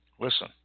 listen